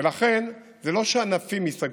ולכן זה לא שענפים ייסגרו,